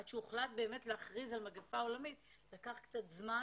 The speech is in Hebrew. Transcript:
עד שהוחלט להכריז על מגיפה עולמית לקח קצת זמן,